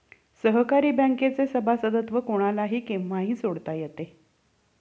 सहकारी बँकेचे सभासदत्व कोणालाही केव्हाही सोडता येते